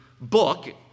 book